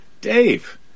Dave